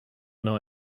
know